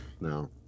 No